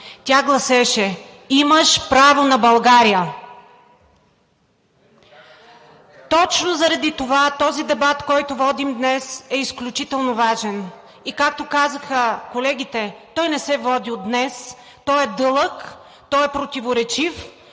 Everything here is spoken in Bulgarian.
Тя гласеше: „Имаш право на България“. Точно заради това този дебат, който водим днес, е изключително важен. И, както казаха колегите, той не се води от днес, той е дълъг, той е противоречив,